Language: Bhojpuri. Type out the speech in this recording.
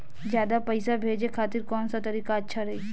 ज्यादा पईसा भेजे खातिर कौन सा तरीका अच्छा रही?